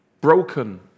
broken